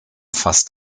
fast